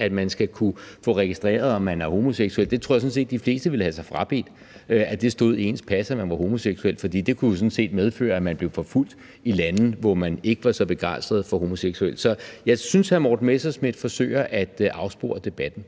at man skal kunne få registreret, at man er homoseksuel. Det tror jeg sådan set at de fleste ville have sig frabedt stod i ens pas – altså at det stod i ens pas, at man er homoseksuel – for det kunne sådan set medføre, at man blev forfulgt i lande, hvor man ikke var så begejstret for homoseksuelle. Så jeg synes, at hr. Morten Messerschmidt forsøger at afspore debatten.